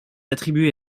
attribuée